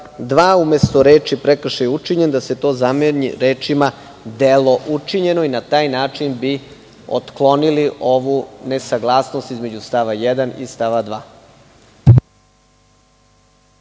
2. umesto reči: "prekršaj je učinjen", da se to zameni rečima: "delo učinjeno" i na taj način bi otklonili ovu nesaglasnost između stava 1. i stava 2.